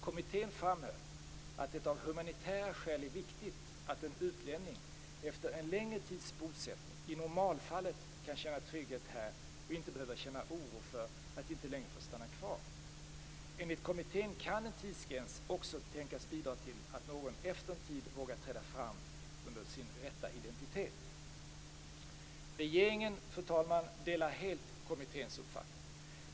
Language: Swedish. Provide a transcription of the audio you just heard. Kommittén framhöll att det av humanitära skäl är viktigt att en utlänning efter en längre tids bosättning i normalfallet kan känna trygghet här och inte behöver känna oro för att inte längre få stanna kvar. Enligt kommittén kan en tidsgräns också tänkas bidra till att någon efter en tid vågar träda fram under sin rätta identitet. Fru talman! Regeringen delar helt kommitténs uppfattning.